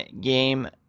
game